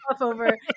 over